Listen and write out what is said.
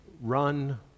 run